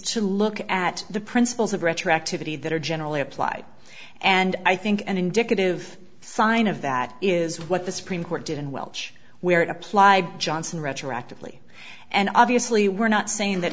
to look at the principles of retroactivity that are generally applied and i think an indicative sign of that is what the supreme court did in welsh where it applied johnson retroactively and obviously we're not saying that